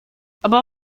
aber